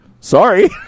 sorry